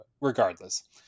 regardless